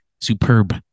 superb